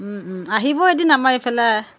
আহিব এদিন আমাৰ এইফালে